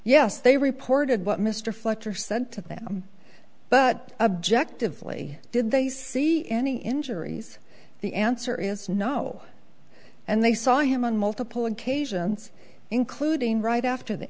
yes they reported what mr fletcher said to them but objective lee did they see any injuries the answer is no and they saw him on multiple occasions including right after the